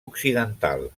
occidental